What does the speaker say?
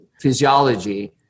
physiology